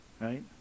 right